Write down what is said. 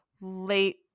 late